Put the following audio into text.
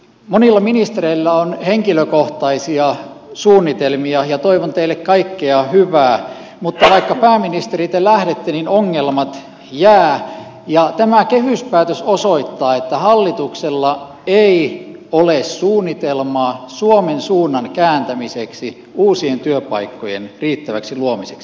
monilla ministereillä on henkilökohtaisia suunnitelmia ja toivon teille kaikkea hyvää mutta vaikka pääministeri te lähdette niin ongelmat jäävät ja tämä kehyspäätös osoittaa että hallituksella ei ole suunnitelmaa suomen suunnan kääntämiseksi uusien työpaikkojen riittäväksi luomiseksi